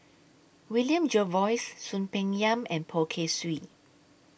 William Jervois Soon Peng Yam and Poh Kay Swee